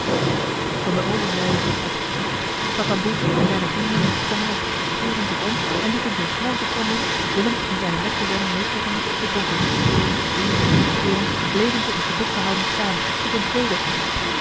van de overzijde uit het bosch tatamboe en zijne vrienden sprongen op keerden zich om en liepen zoo snel ze konden willem en zijne metgezellen meetrekkende het bosch in zonder zich om te keeren bleven ze in gebukte houding staan tot een tweede